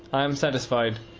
i am satisfied,